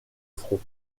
front